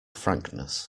frankness